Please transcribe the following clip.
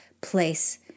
place